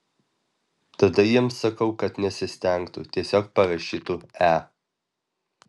tada jiems sakau kad nesistengtų tiesiog parašytų e